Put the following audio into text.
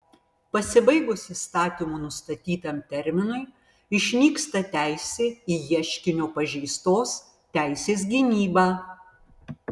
pasibaigus įstatymo nustatytam terminui išnyksta teisė į ieškinio pažeistos teisės gynybą